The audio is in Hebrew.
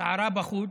סערה בחוץ,